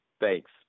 Thanks